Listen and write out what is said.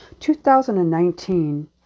2019